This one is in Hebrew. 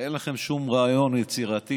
ואין לכם שום רעיון יצירתי.